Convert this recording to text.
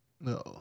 No